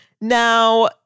Now